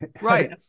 right